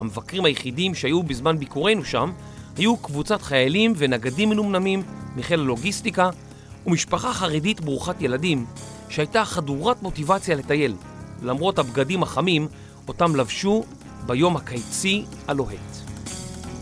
המבקרים היחידים שהיו בזמן ביקורנו שם היו קבוצת חיילים ונגדים מנומנמים, מחיל לוגיסטיקה, ומשפחה חרדית ברוכת ילדים, שהייתה חדורת מוטיבציה לטייל. למרות הבגדים החמים, אותם לבשו ביום הקיצי הלוהט.